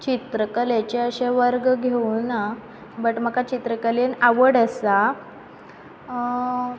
चित्रकलेचे अशे वर्ग घेवूना बट म्हाका चित्रकलेन आवड आसा